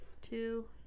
two